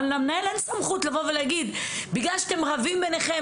למנהל אין סמכות לבוא ולהגיד: "בגלל שאתם רבים ביניכם,